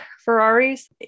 ferraris